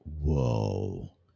whoa